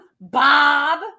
Bob